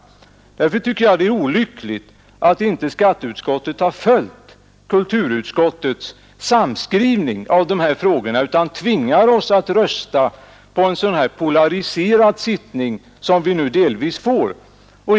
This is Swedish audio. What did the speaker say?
Därför är det olyckligt att skatteutskottet inte har följt kulturutskottets samskrivning av de här frågorna, utan tvingar oss till en delvis polariserad röstning.